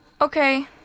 Okay